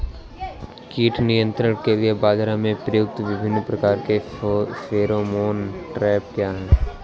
कीट नियंत्रण के लिए बाजरा में प्रयुक्त विभिन्न प्रकार के फेरोमोन ट्रैप क्या है?